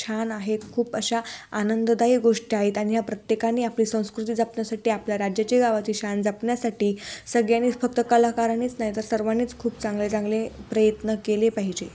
छान आहेत खूप अशा आनंददायक गोष्टी आहेत आणि ह्या प्रत्येकानी आपली संस्कृती जपण्यासाठी आपल्या राज्याची गावाची शान जपण्यासाठी सगळ्यांनीच फक्त कलाकारांनीच नाही तर सर्वांनीच खूप चांगले चांगले प्रयत्न केले पाहिजे